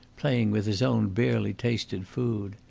playing with his own barely tasted food.